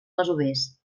masovers